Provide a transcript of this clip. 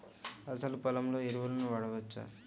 అసలు పొలంలో ఎరువులను వాడవచ్చా?